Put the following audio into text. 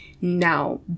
now